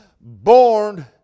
born